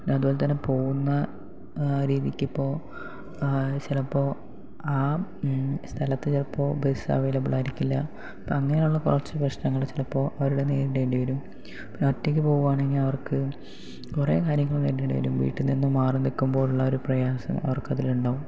അത് പോലെ തന്നെ പോവുന്ന രീതിക്കിപ്പോൾ ചിലപ്പോൾ ആ സ്ഥലത്ത് ചിലപ്പോൾ ബസ്സ് അവൈലബിളായിരിക്കില്ല അപ്പോൾ അങ്ങനെയുള്ള കുറച്ച് പ്രശ്നങ്ങള് ചിലപ്പോൾ അവരുടെ നേരിടേണ്ടി വരും പിന്നെ ഒറ്റയ്ക്ക് പോവുകയാണെങ്കിൽ അവര്ക്ക് കുറേ കാര്യങ്ങള് നേരിടേണ്ടി വരും വീട്ടില് നിന്നും മാറിനിൽക്കുമ്പോഴുള്ള ഒരു പ്രയാസം അവര്ക്കതില് ഉണ്ടാവും